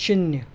शुन्य